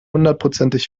hundertprozentig